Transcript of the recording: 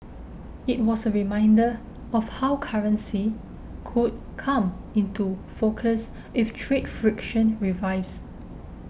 it was a reminder of how currency could come into focus if trade friction revives